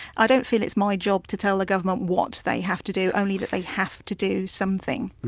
i don't feel it's my job to tell the government what they have to do, only that they have to do something.